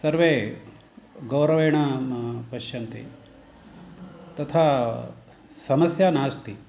सर्वे गौरवेण पश्यन्ति तथा समस्या नास्ति